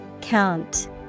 Count